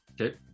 Okay